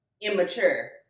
immature